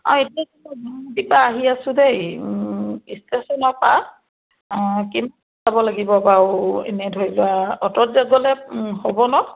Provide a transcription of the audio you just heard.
অঁ এতিয়া গুৱাহাটীৰপৰা আহি আছোঁ দেই ষ্টেশ্যনৰপৰা কি চাব লাগিব বাৰু এনেই ধৰি লোৱা অ'টত গ'লে হ'ব ন